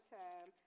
time